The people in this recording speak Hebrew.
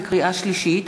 שלישית: